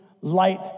light